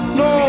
no